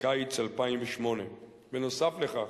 בקיץ 2008. בנוסף לכך,